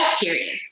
periods